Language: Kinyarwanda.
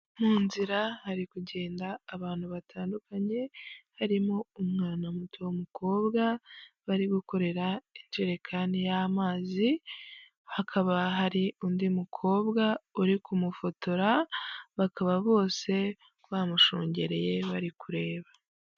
Mu nzira hari kugenda abantu batandukanye harimo umwana muto w'umukobwa bari gukorera injerekani y'amazi, hakaba hari undi mukobwa uri kumufotora bakaba bose bamushungereye bari kureba.